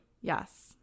Yes